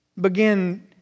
begin